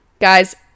Guys